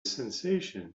sensation